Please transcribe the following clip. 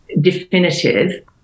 definitive